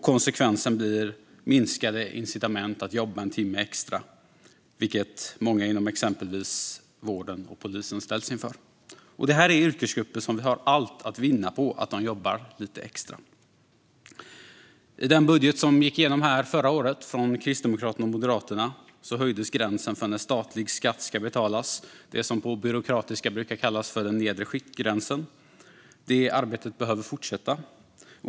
Konsekvensen blir minskade incitament att jobba en timme extra, vilket många inom exempelvis vården och polisen ställs inför. Vi har allt att vinna på att dessa yrkesgrupper jobbar lite extra. I den budget från Kristdemokraterna och Moderaterna som gick igenom här i kammaren förra året höjdes gränsen för när statlig skatt ska betalas - det som på byråkratiska brukar kallas den nedre skiktgränsen. Detta arbete behöver fortsätta.